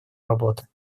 работы